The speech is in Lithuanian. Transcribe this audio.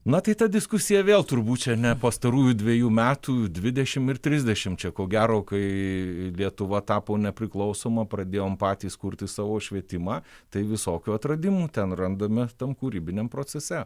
na tai ta diskusija vėl turbūt ne pastarųjų dvejų metų dvidešimt ir trisdešimt čia ko gero kai lietuva tapo nepriklausoma pradėjom patys kurti savo švietimą tai visokių atradimų ten randame tam kūrybiniam procese